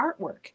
artwork